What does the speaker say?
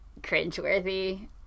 cringeworthy